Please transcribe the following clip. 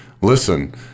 listen